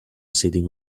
sitting